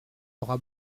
aura